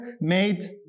made